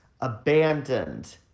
abandoned